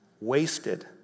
wasted